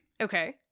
Okay